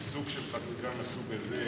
שחקיקה מהסוג הזה